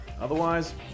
Otherwise